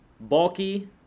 Bulky